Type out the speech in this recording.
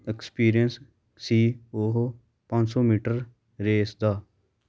experience ਸੀ ਉਹ ਪੰਜ ਸੌ ਮੀਟਰ ਰੇਸ ਦਾ